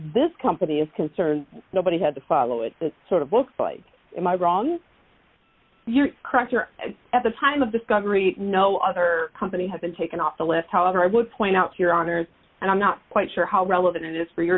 this company is concerned nobody had to follow it sort of looks like am i wrong you're correct there at the time of discovery no other company has been taken off the list however i would point out your honor and i'm not quite sure how relevant it is for your